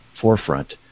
forefront